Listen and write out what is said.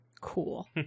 Cool